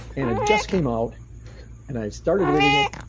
and it just came out and i started reading it,